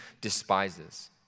despises